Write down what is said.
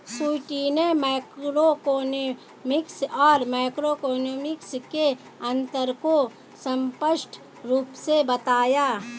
स्वीटी ने मैक्रोइकॉनॉमिक्स और माइक्रोइकॉनॉमिक्स के अन्तर को स्पष्ट रूप से बताया